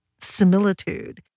similitude